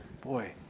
Boy